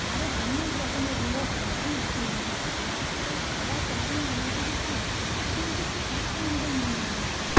আরো অনেক রকমের রোগ ব্যাধি তৈরি হচ্ছে তাই সবার প্রথমে আমাদেরকে এখন থেকে একটাই আমাদের মূলমন্ত্র